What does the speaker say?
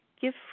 Give